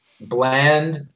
Bland